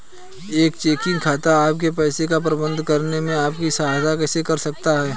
एक चेकिंग खाता आपके पैसे का प्रबंधन करने में आपकी सहायता कैसे कर सकता है?